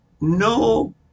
No